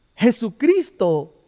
Jesucristo